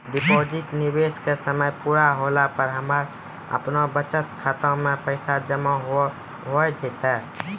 Deposit निवेश के समय पूरा होला पर हमरा आपनौ बचत खाता मे पैसा जमा होय जैतै?